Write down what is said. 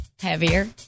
Heavier